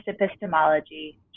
epistemology